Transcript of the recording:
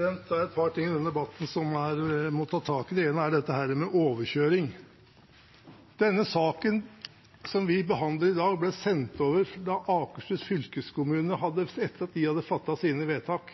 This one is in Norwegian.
et par ting i denne debatten som jeg må ta tak i. Det ene er dette med overkjøring. Den saken som vi behandler i dag, ble sendt over fra Akershus fylkeskommune etter at de hadde fattet sine vedtak.